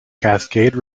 cascade